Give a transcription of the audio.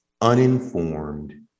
uninformed